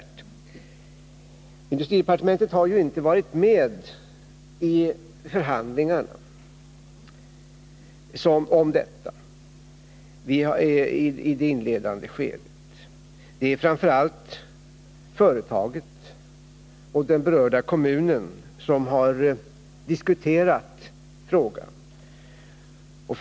Industridepartementet har ju inte varit med i förhandlingarna om detta i 57 det inledande skedet. Det är framför allt företaget och den berörda kommunen som har diskuterat frågan.